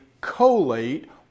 collate